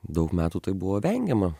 daug metų tai buvo vengiama